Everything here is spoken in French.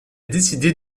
décidé